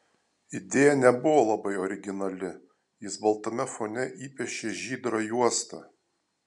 idėja nebuvo labai originali jis baltame fone įpiešė žydrą juostą